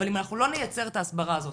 אבל אם אנחנו לא נייצר את ההסברה הזאת,